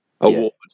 awards